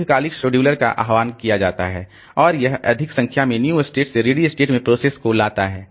दीर्घकालिक शेड्यूलर का आह्वान किया जाता है और यह अधिक संख्या में न्यू स्टेट से रेडी स्टेट में प्रोसेस को लाता है